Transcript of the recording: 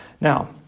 Now